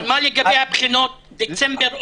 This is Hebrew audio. מה לגבי הבחינות דצמבר ואוגוסט?